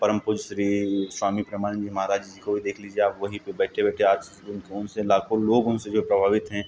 परम पूज्य श्री स्वामी परमानन्द जी महाराज जी को भी देख लीजिए आप वहीं पे बैठे बैठे आज कौन कौन से लाखों लोग उनसे जो हैं प्रभावित हैं